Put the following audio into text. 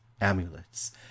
amulets